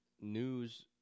news